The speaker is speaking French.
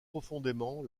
profondément